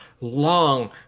long